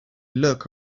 look